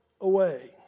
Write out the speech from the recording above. away